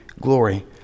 glory